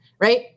right